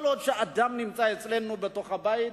כל עוד אדם נמצא אצלנו בתוך הבית,